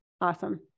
Awesome